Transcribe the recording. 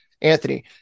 Anthony